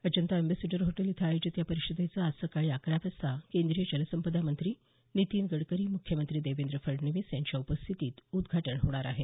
Ajanta ambassador hotel इथं आयोजित या परिषदेचं आज सकाळी अकरा वाजता केंद्रीय जलसंपदा मंत्री नितीन गडकरी मुख्यमंत्री देवेंद्र फडणवीस यांच्या उपस्थितीत उदघाटन होणार आहे